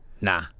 Nah